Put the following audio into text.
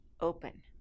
open